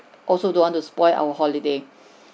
also don't want to spoil our holiday